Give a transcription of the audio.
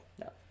No